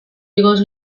igoz